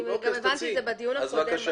גם הבנתי את זה בדיון הקודם.